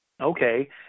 Okay